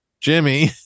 Jimmy